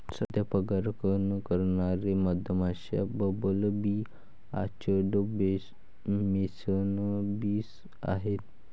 सध्या परागकण करणारे मधमाश्या, bumble bee, orchard mason bees आहेत